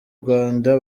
rwanda